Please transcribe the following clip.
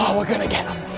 um we're gonna get him